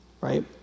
right